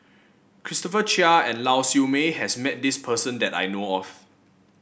Christopher Chia and Lau Siew Mei has met this person that I know of